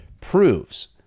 Proves